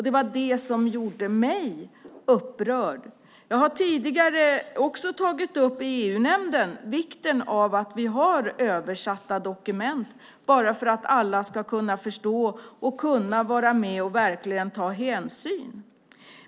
Det var det som gjorde mig upprörd. Jag har tidigare också tagit upp i EU-nämnden vikten av att vi har översatta dokument för att alla ska kunna förstå och kunna vara med och verkligen ta hänsyn.